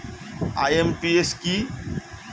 IMPS কি?